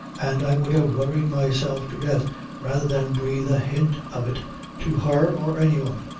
and i would have worried myself to death rather than breathe a hint of it to her or anyone.